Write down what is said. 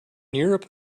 europe